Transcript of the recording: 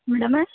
madam